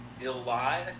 July